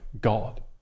god